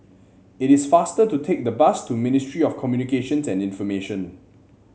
it is faster to take the bus to Ministry of Communications and Information